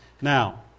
Now